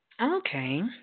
Okay